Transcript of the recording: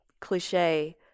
cliche